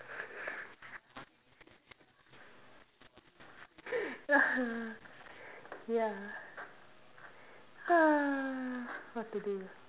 yeah what to do